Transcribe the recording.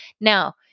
Now